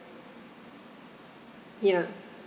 ya